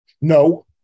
No